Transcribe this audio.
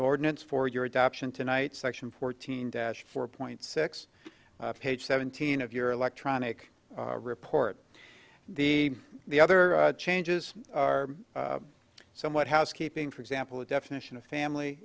ordinance for your adoption tonight section fourteen dash four point six page seventeen of your electronic report the the other changes are somewhat housekeeping for example the definition of family